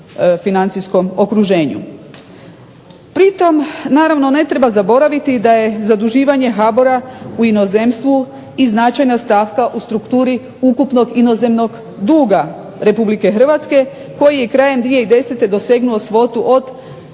financijskom okruženju. Pritom naravno ne treba zaboraviti da je zaduživanje HBOR-a u inozemstvu i značajna stavka u strukturi ukupnog inozemnog duga Republike Hrvatske koji je krajem 2010.dosegnuo svotu od